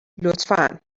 لطفا